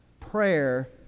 prayer